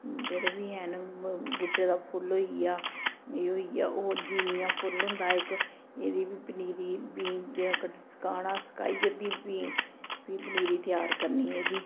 जेह्ड़े बी हैन गुट्टे दा फुल्ल होई गेआ एह् होई गेआ ओह् जीनिया फुल्ल होंदा इक एह्दी बी पनीरी बीऽ सकाना सकाइयै फ्ही बीऽ फ्ही पनीरी त्यार करनी एह्दी